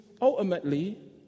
ultimately